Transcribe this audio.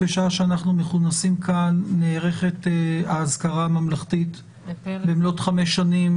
בשעה שאנחנו מכונסים כאן נערכת האזכרה הממלכתית במלאת חמש שנים